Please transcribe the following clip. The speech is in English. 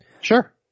Sure